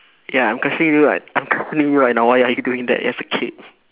ya I'm questioning you right I'm questioning you right now why are you doing that as a kid